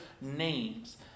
names